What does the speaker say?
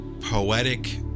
poetic